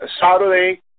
Saturday